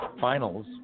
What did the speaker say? finals